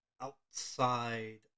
outside